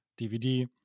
DVD